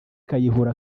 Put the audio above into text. kayihura